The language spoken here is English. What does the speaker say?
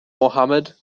mohammad